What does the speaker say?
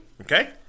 okay